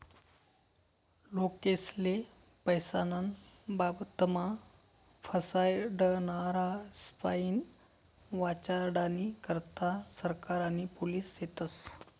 लोकेस्ले पैसास्नं बाबतमा फसाडनारास्पाईन वाचाडानी करता सरकार आणि पोलिस शेतस